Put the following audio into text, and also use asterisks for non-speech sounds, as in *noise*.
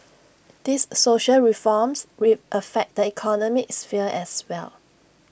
these social reforms *unintelligible* affect the economic sphere as well